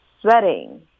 sweating